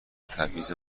تبعیض